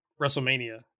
WrestleMania